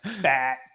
fat